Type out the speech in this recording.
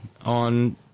on